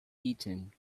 eaten